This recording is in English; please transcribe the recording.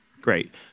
Great